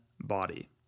body